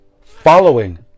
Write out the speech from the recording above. following